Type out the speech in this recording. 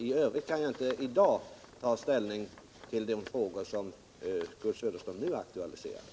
I övrigt kan jag inte i dag ta ställning till de frågor som Kurt Söderström nu aktualiserar.